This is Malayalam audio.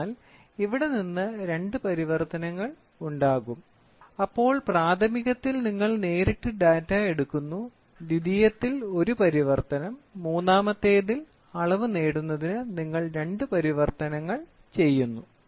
അതിനാൽ ഇവിടെ നിന്ന് രണ്ട് പരിവർത്തനങ്ങൾ ഉണ്ടാകും അപ്പോൾ പ്രാഥമികത്തിൽ നിങ്ങൾ നേരിട്ട് ഡാറ്റ എടുക്കുന്നു ദ്വിതീയത്തിൽ ഒരു പരിവർത്തനം മൂന്നാമത്തേതിൽ അളവ് നേടുന്നതിന് നിങ്ങൾ രണ്ട് പരിവർത്തനങ്ങൾ ചെയ്യുന്നു